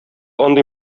андый